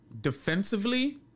defensively